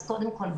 קודם כל,